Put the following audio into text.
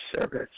service